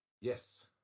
Yes